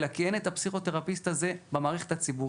אלא כי אין את הפסיכותרפיסט הזה במערכת הציבורית.